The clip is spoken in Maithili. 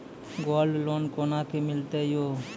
गोल्ड लोन कोना के मिलते यो?